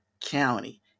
county